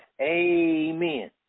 Amen